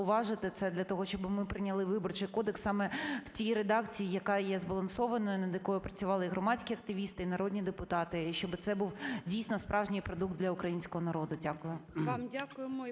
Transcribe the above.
зауважити це для того, щоби ми прийняли Виборчий кодекс саме в тій редакції, яка є збалансованою, над якою працювали і громадські активісти, і народні депутати, і щоби це був дійсно справжній продукт для українського народу. Дякую.